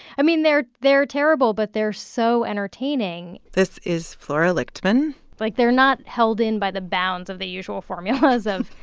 i mean, they're they're terrible but they're so entertaining this is flora lichtman like, they're not held in by the bounds of the usual formulas of.